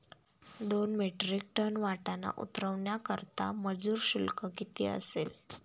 दोन metric tonne वाटाणा उतरवण्याकरता मजूर शुल्क किती असेल?